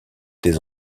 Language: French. des